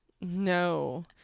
no